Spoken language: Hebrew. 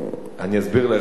אני אסביר לך איך.